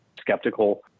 skeptical